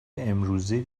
امروزی